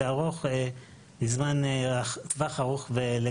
עקבי ולטווח ארוך.